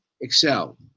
excel